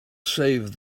save